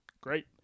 Great